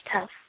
tough